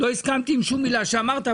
לא הסכמתי עם שום מילה שאמרת,